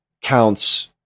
counts